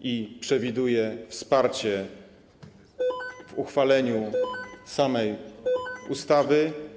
i przewiduje wsparcie w uchwaleniu samej ustawy?